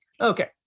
Okay